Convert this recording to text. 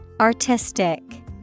Artistic